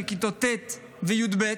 מכיתות ט' עד י"ב,